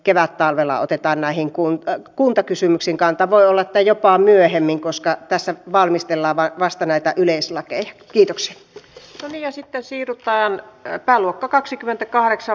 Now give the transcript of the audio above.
kevättalvella otetaan lähin kunta kuntakysymyksiin kantaa voi olla jopa myöhemmin koska tässä varmistella vaan lisäksi helsingin seudun lähiliikenteessä karjaan ja helsingin välillä liikennöivä y juna lopetetaan